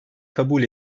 kabul